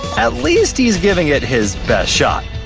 at least he's giving it his best shot,